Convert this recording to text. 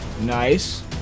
Nice